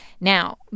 Now